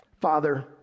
Father